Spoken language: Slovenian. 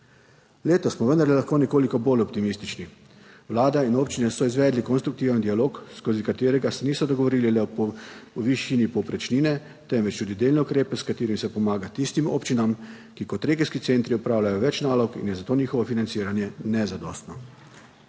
Letos smo vendarle lahko nekoliko bolj optimistični. Vlada in občine so izvedli konstruktiven dialog, skozi katerega se niso dogovorili le o višini povprečnine, temveč tudi delne ukrepe, s katerimi se pomaga tistim občinam, ki kot regijski centri opravljajo več nalog in je zato njihovo financiranje nezadostno.